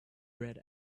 red